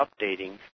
updating